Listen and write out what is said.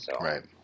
right